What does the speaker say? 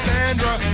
Sandra